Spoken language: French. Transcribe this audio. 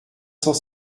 cent